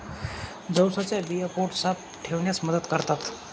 जवसाच्या बिया पोट साफ ठेवण्यास मदत करतात